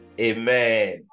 Amen